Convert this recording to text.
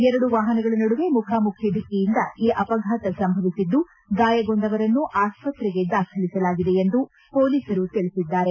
ಎರಡು ವಾಹನಗಳ ನಡುವೆ ಮುಖಾಮುಖಿ ಧಿಕ್ಕಿಯಿಂದ ಈ ಅಪಘಾತ ಸಂಭವಿಸಿದ್ದು ಗಾಯಗೊಂಡವರನ್ನು ಆಸ್ವತ್ರೆಗೆ ದಾಖಲಿಸಲಾಗಿದೆ ಎಂದು ಪೊಲೀಸರು ತಿಳಿಸಿದ್ದಾರೆ